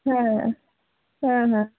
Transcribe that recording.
হ্যাঁ হ্যাঁ